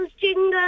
Jingle